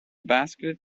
basket